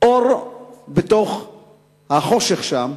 אור בתוך החושך שם,